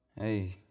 Hey